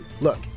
Look